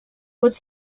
would